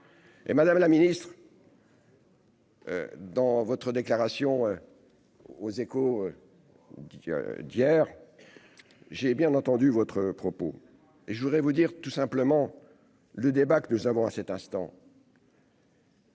Et Madame la Ministre. Dans votre déclaration aux Échos d'hier, j'ai bien entendu votre propos et je voudrais vous dire tout simplement le débat que nous avons à cet instant.